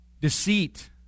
Deceit